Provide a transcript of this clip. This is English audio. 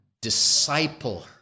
disciple